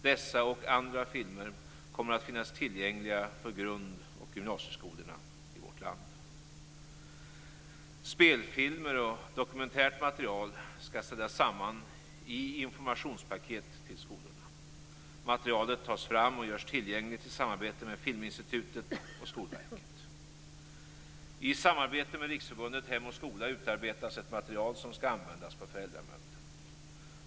Dessa och andra filmer kommer att finnas tillgängliga på grund och gymnasieskolorna i vårt land. Spelfilmer och dokumentärt material skall ställas samman i informationspaket till skolorna. Materialet tas fram och görs tillgängligt i samarbete med Filminstitutet och Skolverket. I samarbete med Riksförbundet Hem och Skola utarbetas ett material som skall användas på föräldramöten.